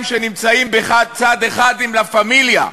שנמצאים בצד אחד עם "לה פמיליה".